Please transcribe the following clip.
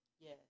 Yes